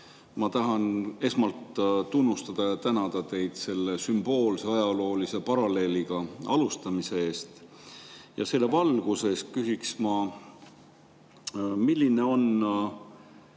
Ma tahan esmalt teid tunnustada ja tänada selle sümboolse ajaloolise paralleeliga alustamise eest. Selle valguses küsin, milline on